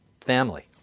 family